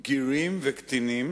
בגירים וקטינים,